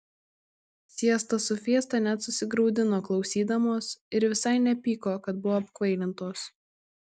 siesta su fiesta net susigraudino klausydamos ir visai nepyko kad buvo apkvailintos